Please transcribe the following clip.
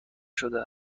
شده